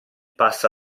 passa